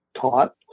taught